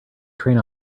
train